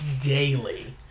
daily